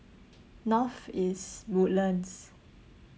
north is woodlands